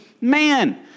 man